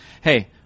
Hey